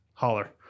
holler